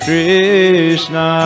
Krishna